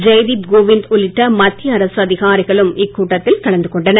ஜெய்தீப் கோவிந்த் உள்ளிட்ட மத்திய அரசு அதிகாரிகளும் இக்கூட்டத்தில் கலந்து கொண்டனர்